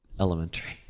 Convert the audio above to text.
elementary